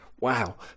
Wow